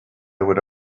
would